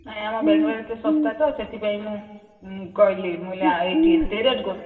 ନାଇଁ ଆମ ବାଙ୍ଗାଲୋର ଏତେ ଶସ୍ତା ତ ସେଥିପାଇଁ ମୁଁ କହିଲି ମୁଁ ଆ ଏଇଠି ଏତେ ରେଟ୍ ଗୋ